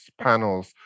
panels